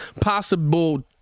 possible